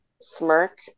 smirk